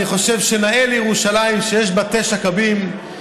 חושב שנאה לירושלים שיש בה תשעה קבין.